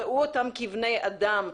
ראו אותם כבני אדם,